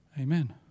amen